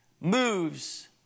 moves